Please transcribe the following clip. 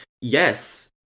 yes